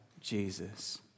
Jesus